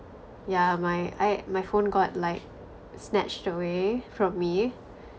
yeah my I my phone got like snatched away from me